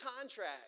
contract